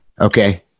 Okay